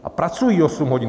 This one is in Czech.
A pracují 8 hodin.